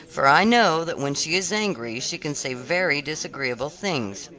for i know that when she is angry she can say very disagreeable things.